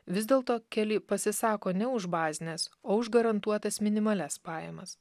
vis dėlto keli pasisako ne už bazines o už garantuotas minimalias pajamas